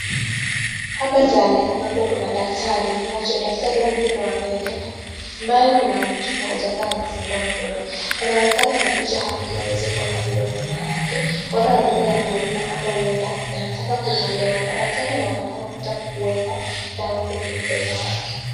Hapa ndani ambapo kuna daktari mmoja . Daktari huyu ni wa meno ambaye kuna mtu mmoja ambaye amefungua mdomo. Anaonekana amekuja hapa ili aweze kuangaliwa mema yake. Huenda yalikuwa yanauma ama huenda yanataka kuongolewa. Na daktari anaonekana kutaka kukuweka dawa kwenye mdomo wake.